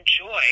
enjoy